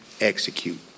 execute